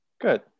Good